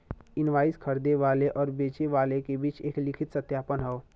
invoice खरीदे वाले आउर बेचे वाले क बीच एक लिखित सत्यापन हौ